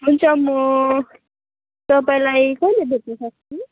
हुन्छ म तपाईँलाई कुन नम्बर चाहिँ